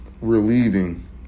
Relieving